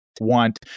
Want